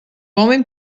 homem